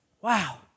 wow